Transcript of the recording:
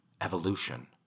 Evolution